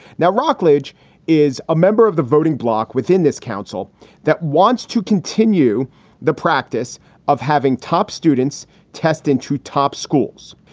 now rockledge is a member of the voting bloc within this council that wants to continue the practice of having top students testing to top schools.